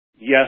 yes